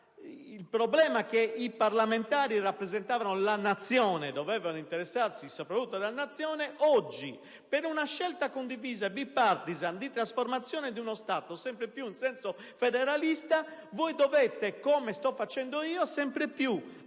se prima i parlamentari rappresentavano la Nazione e dovevano soprattutto interessarsi alla Nazione, oggi per una scelta condivisa, *bipartisan*, di trasformazione di uno Stato sempre più in senso federalista, voi dovete - come sto facendo io - sempre più